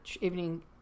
evening